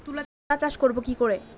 তুলা চাষ করব কি করে?